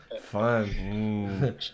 Fun